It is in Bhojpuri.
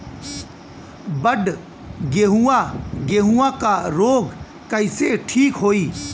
बड गेहूँवा गेहूँवा क रोग कईसे ठीक होई?